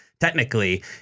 Technically